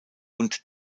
und